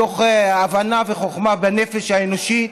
מתוך הבנה וחוכמה של הנפש האנושית.